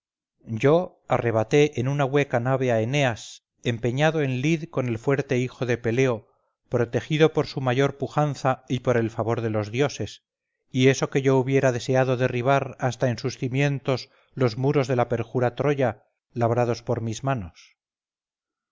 yo arrebaté en una hueca nave a eneas empeñado en lid con el fuerte hijo de peleo protegido por su mayor pujanza y por el favor de los dioses y eso que yo hubiera deseado derribar hasta en sus cimientos los muros de la perjura troya labrados por mis manos